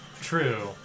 True